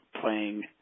playing